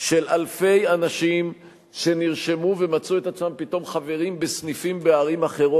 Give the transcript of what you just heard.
של אלפי אנשים שנרשמו ומצאו את עצמם פתאום חברים בסניפים אחרים,